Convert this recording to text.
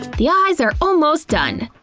the eyes are almost done.